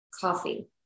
coffee